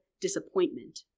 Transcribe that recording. disappointment